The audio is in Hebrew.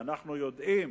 כשאנחנו יודעים